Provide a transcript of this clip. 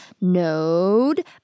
node